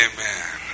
Amen